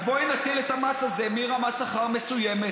אז בואי נטיל את המס הזה מרמת שכר מסוימת.